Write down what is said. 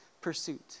pursuit